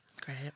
Great